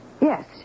yes